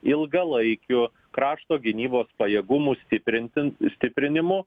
ilgalaikiu krašto gynybos pajėgumus stiprintin stiprinimu